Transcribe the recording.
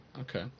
okay